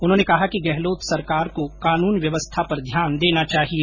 उन्होंने कहा कि गहलोत सरकार को कानून व्यवस्था पर ध्यान देना चाहिए